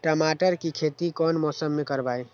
टमाटर की खेती कौन मौसम में करवाई?